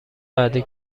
بعدی